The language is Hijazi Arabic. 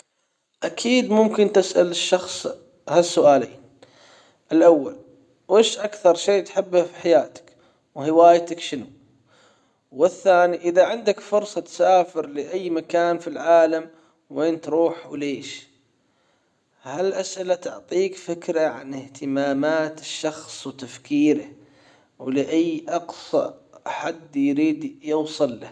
اكيد ممكن تسأل الشخص هالسؤالين الأول وش أكثر شيء تحبه في حياتك وهوايتك شنو والثاني إذا عندك فرصة تسافر لأي مكان في العالم وين تروح وليش هالأسئلة تعطيك فكرة عن اهتمامات شخص وتفكيره ولاي اقصى حد يريد يوصل له